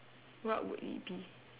what would it be